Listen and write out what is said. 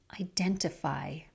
identify